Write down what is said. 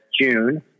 June